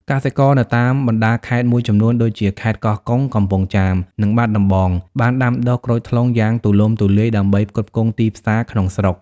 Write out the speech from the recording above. កសិករនៅតាមបណ្ដាខេត្តមួយចំនួនដូចជា ខេត្តកោះកុង កំពង់ចាម និងបាត់ដំបងបានដាំដុះក្រូចថ្លុងយ៉ាងទូលំទូលាយដើម្បីផ្គត់ផ្គង់ទីផ្សារក្នុងស្រុក។